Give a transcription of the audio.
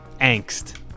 Angst